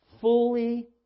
Fully